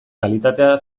kalitatea